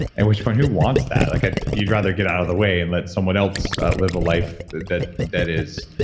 at which point, who wants that? like ah you'd rather get out of the way and let someone else live a life that that that is